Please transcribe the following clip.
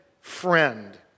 friend